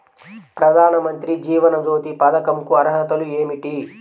ప్రధాన మంత్రి జీవన జ్యోతి పథకంకు అర్హతలు ఏమిటి?